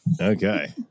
Okay